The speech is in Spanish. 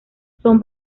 son